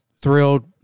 thrilled